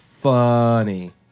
funny